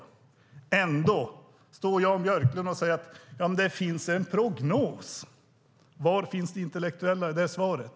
Trots detta står Jan Björklund och säger att det finns en prognos. Var finns det intellektuella i det svaret?